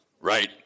Right